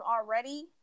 already